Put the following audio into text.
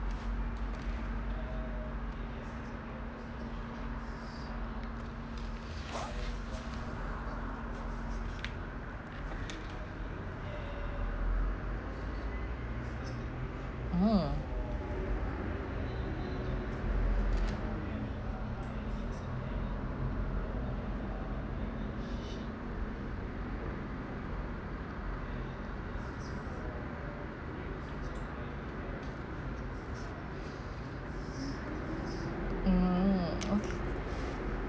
mm mm okay